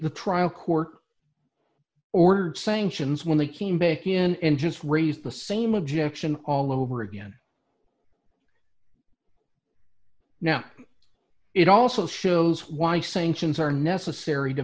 the trial court ordered sanctions when they came back in and just raised the same objection all over again now it also shows why sanctions are necessary to